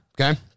okay